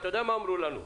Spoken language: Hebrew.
אתה יודע מה אמרו לנו?